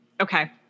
okay